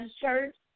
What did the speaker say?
church